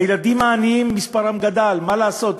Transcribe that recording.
הילדים העניים, מספרם גדל, מה לעשות.